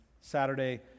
Saturday